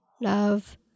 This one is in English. love